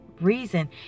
reason